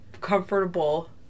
comfortable